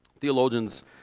Theologians